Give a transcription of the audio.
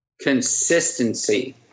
Consistency